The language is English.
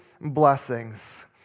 blessings